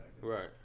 Right